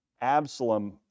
Absalom